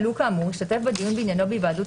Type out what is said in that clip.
כלוא כאמור ישתתף בדיון בעניינו בהיוועדות